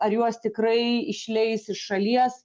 ar juos tikrai išleis iš šalies